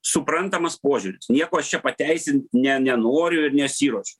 suprantamas požiūris nieko aš čia pateisint ne nenoriu ir nesiruošiu